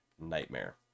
nightmare